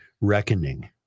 reckoning